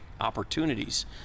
opportunities